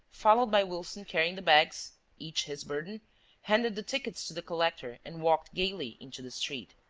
followed by wilson carrying the bags each his burden handed the tickets to the collector and walked gaily into the street.